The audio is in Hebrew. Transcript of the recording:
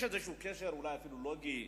יש איזשהו קשר, אולי אפילו לוגי,